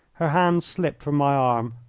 her hands slipped from my arm.